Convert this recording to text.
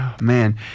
man